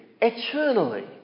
eternally